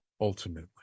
ultimately